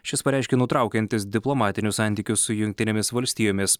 šis pareiškė nutraukiantis diplomatinius santykius su jungtinėmis valstijomis